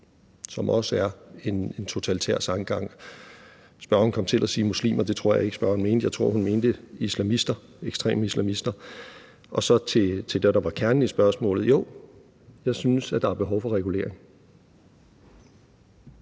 som også er en totalitær tankegang. Spørgeren kom til at sige muslimer; det tror jeg ikke spørgeren mente, jeg tror, hun mente islamister, ekstreme islamister. Så til det, der var kernen i spørgsmålet: Jo, jeg synes, at der er behov for regulering.